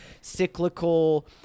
cyclical